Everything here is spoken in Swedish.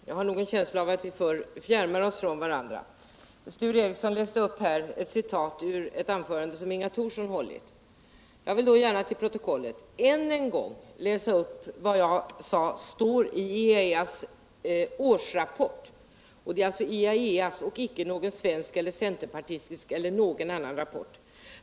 Herr talman! Jag har en känsla av att vi fjärmar oss från varandra. Sture Ericson läste här upp ett avsnitt ur ett anförande som Inga Thorsson hållit. Jag vill då gärna till protokollet än en gång läsa upp det som jag tidigare citerade ur IAEA:s rapport. Det är alltså IAEA:s rapport och icke någon centerpartistisk eller annan rapport.